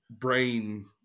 brain